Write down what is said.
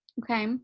okay